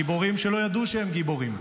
גיבורים שלא ידעו שהם גיבורים.